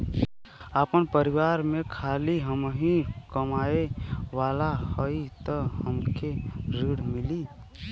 आपन परिवार में खाली हमहीं कमाये वाला हई तह हमके ऋण मिली?